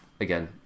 again